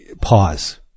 pause